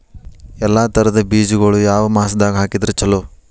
ಎಲ್ಲಾ ತರದ ಬೇಜಗೊಳು ಯಾವ ಮಾಸದಾಗ್ ಹಾಕಿದ್ರ ಛಲೋ?